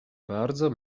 bardzo